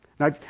Now